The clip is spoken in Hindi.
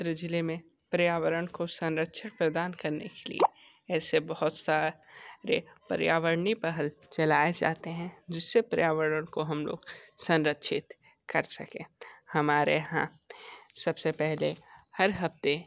पूरे ज़िले में पर्यावरण को संरक्षण प्रदान करने के लिए ऐसे बहुत सारे पर्यावरणीय पहल चलाए जाते हैं जिससे पर्यावरण को हम लोग संरक्षित कर सकें हमारे यहाँ सबसे पहले हर हफ़्ते